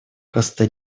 коста